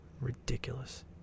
Ridiculous